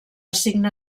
signe